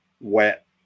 wet